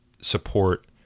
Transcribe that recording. support